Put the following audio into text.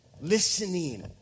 listening